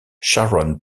sharon